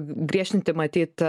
griežtinti matyt